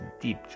deep